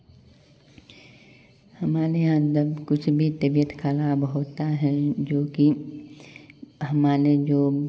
हमारे यहाँ जब कुछ भी तबियत खराब होता है जो कि हमारे जो